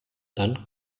dann